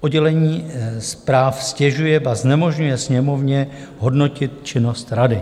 Oddělení zpráv ztěžuje, ba znemožňuje Sněmovně hodnotit činnost rady.